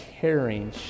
caring